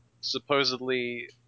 supposedly